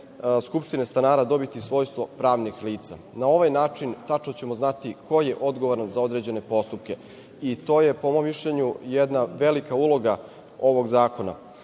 skupština stanara dobiti svojstvo pravnih lica. Na ovaj način tačno ćemo znati ko je odgovoran za određene postupke. To je, po mom mišljenju, jedna velika uloga ovog zakona. Upravo